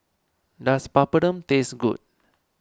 does Papadum taste good